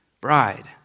bride